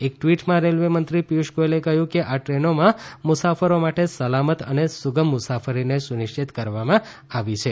એક ટ્વીટમાં રેલ્વે મંત્રી પિયુષ ગોયલે કહ્યું કે આ ટ્રેનોમાં મુસાફરો માટે સલામત અને સુગમ મુસાફરીને સુનિશ્ચિત કરવામાં આવી છે